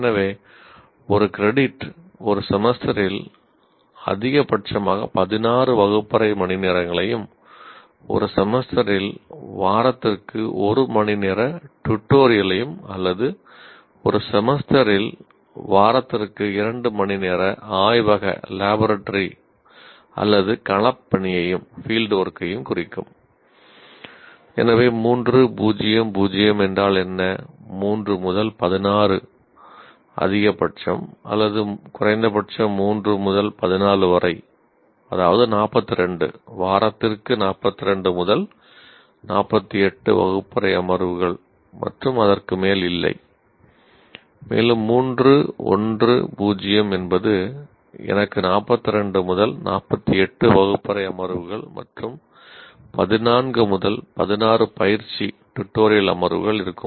எனவே ஒரு கிரெடிட் அமர்வுகள் இருக்கும்